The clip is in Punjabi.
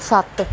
ਸੱਤ